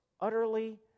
Utterly